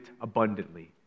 abundantly